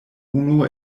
unu